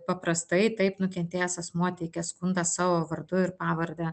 paprastai taip nukentėjęs asmuo teikia skundą savo vardu ir pavarde